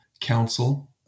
Council